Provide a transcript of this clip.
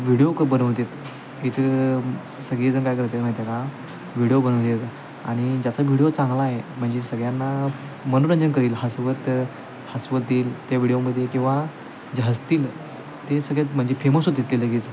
video क बनवतात इथं सगळीजणं काय करतात माहिती आहे का व्हिडिओ बनवतात आणि ज्याचा व्हिडिओ चांगला आहे म्हणजे सगळ्यांना मनोरंजन करील हसवत हसवत देईल त्या व्हिडिओमध्ये किंवा जे हसतील ते सगळ्यात म्हणजे फेमस होतात ते लगेच